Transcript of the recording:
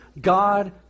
God